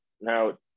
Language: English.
Now